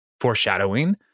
foreshadowing